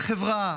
בחברה,